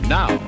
now